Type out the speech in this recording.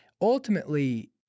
Ultimately